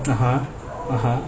(uh huh) (uh huh)